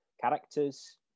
characters